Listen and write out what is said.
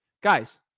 Guys